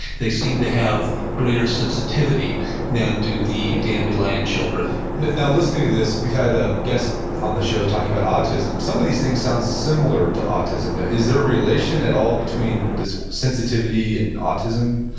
they seem to have greater sensitivity than do the dandelion children now, listening to this, we've had um guests on the show talking about autism. some of these things sounds similar to autism. is there a relation at all between this sensitivity and autism?